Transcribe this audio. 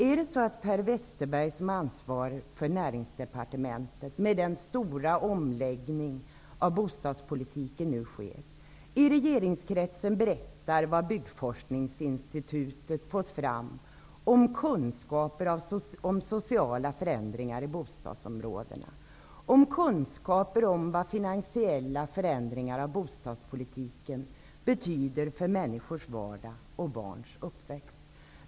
Är det så att Per Westerberg som har ansvaret för Näringsdepartementet -- med den stora omläggning av bostadspolitiken som nu sker -- i regeringskretsen berättar vad Byggforskningsinstitutet fått fram när det gäller kunskaper om sociala förändringar i bostadsområden och kunskaper om vad finansiella förändringar av bostadspolitiken betyder för människors vardag och barns uppväxt?